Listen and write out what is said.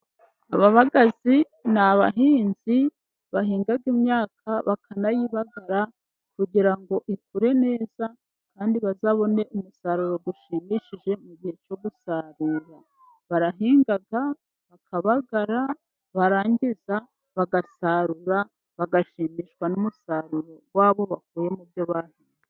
Aba babagazi ni abahinzi bahinga imyaka bakanayibagara, kugira ngo ikure neza kandi bazabone umusaruro ushimishije mu gihe cyo gusarura, barahinga, bakabagara, barangiza bagasarura bagashimishwa n'umusaruro wabo bakuye mu byo bahinze.